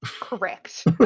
Correct